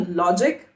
logic